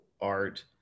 art